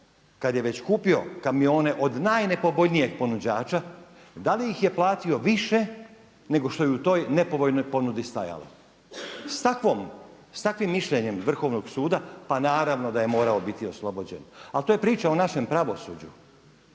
kada je već kupio kamione od najnepovoljnijeg ponuđača, da li ih je platio više nego što je u toj nepovoljnoj ponudi stajalo. S takvim mišljenjem Vrhovnog suda pa naravno da je morao biti oslobođen, ali to je priča o našem pravosuđu.